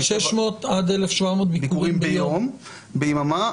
ל-1,700 ביקורים ביממה,